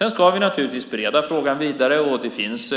Vi ska naturligtvis bereda frågan vidare. Det finns